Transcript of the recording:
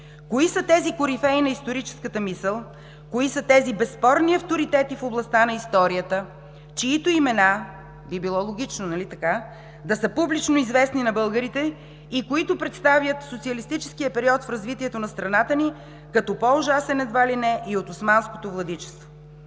Кои са тези корифеи на историческата мисъл, кои са тези безспорни авторитети в областта на историята, чиито имена би било логично, нали така, да са публично известни на българите и които представят социалистическия период в развитието на страната ни като по-ужасен едва ли не и от османското владичество?